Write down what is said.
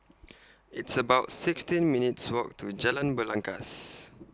It's about sixteen minutes' Walk to Jalan Belangkas